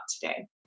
today